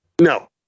No